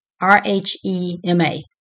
R-H-E-M-A